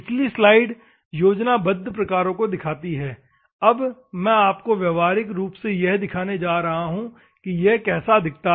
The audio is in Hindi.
पिछली स्लाइड योजनाबद्ध प्रकारो को दिखाती है अब मैं आपको व्यावहारिक रूप से यह दिखाने जा रहा हूँ कि यह कैसा दिखता है